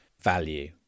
value